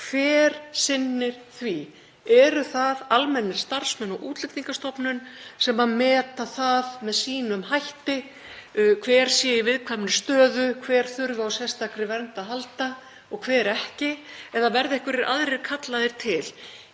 Hver sinnir því? Eru það almennir starfsmenn og Útlendingastofnun sem meta það með sínum hætti hver sé í viðkvæmri stöðu, hver þurfi á sérstakri vernd að halda og hver ekki? Eða verða einhverjir aðrir kallaðir til?